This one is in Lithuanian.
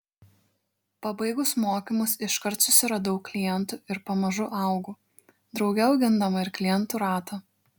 pabaigus mokymus iškart susiradau klientų ir pamažu augu drauge augindama ir klientų ratą